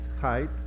height